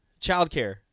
Childcare